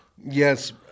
yes